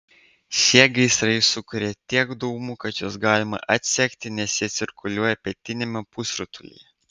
šie gaisrai sukuria tiek dūmų kad juos galima atsekti nes jie cirkuliuoja pietiniame pusrutulyje